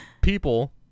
people